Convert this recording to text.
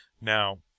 Now